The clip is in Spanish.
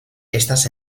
estas